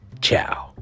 Ciao